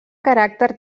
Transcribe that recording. caràcter